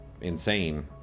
insane